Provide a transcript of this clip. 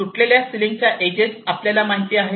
तुटलेल्या सिलिंगच्या इज आपल्याला माहित आहे